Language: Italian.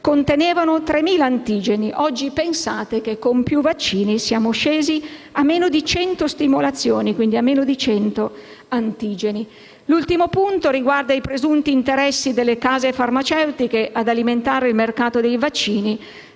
contenevano 3.000 antigeni. Pensate che oggi, con più vaccini, siamo scesi a meno di 100 stimolazioni e, quindi, a meno di 100 antigeni. L'ultimo punto riguarda i presunti interessi delle case farmaceutiche ad alimentare il mercato dei vaccini.